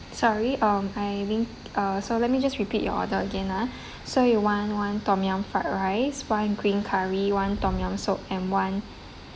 sorry um I mean uh so let me just repeat your order again uh so you want one tom yum fried rice one green curry one tom yum soup and one